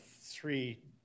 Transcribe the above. three